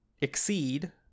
exceed